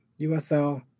USL